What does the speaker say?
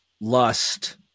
lust